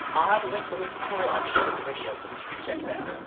i'll have a link to his tutorial at the end of the video so be sure to check it out!